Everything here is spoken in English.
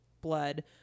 blood